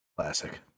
Classic